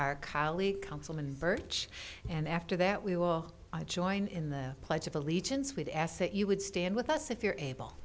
our colleague councilman birch and after that we will join in the pledge of allegiance we'd ask that you would stand with us if you're able